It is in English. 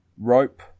rope